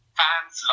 fans